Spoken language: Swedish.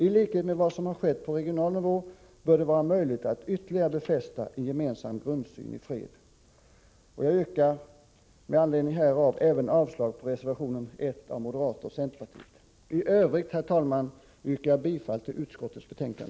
I likhet med vad som har skett på regional nivå bör det vara möjligt att ytterligare befästa en gemensam grundsyn i fred. Jag yrkar med anledning härav även avslag på reservation 1 av moderaterna och centern. I övrigt, herr talman, yrkar jag bifall till utskottets hemställan.